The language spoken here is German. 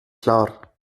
klar